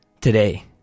today